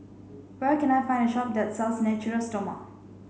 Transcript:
where can I find a shop that sells Natura Stoma